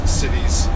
cities